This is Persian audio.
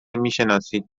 میشناسید